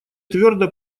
твердо